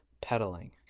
pedaling